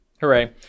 Hooray